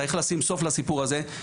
צריך לשים סוף לסיפור הזה.